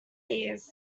ears